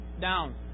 down